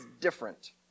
different